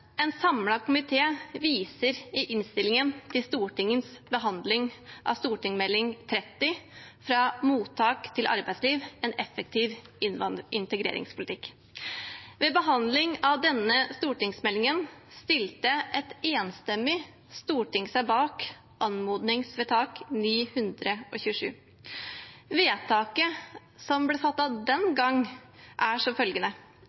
En samlet komité viser i innstillingen til Stortingets behandling av Meld. St. 30 for 2015–2016, Fra mottak til arbeidsliv – en effektiv integreringspolitikk. Ved behandling av denne stortingsmeldingen stilte et enstemmig storting seg bak anmodningsvedtak 927. Vedtaket som ble fattet den gang, er følgende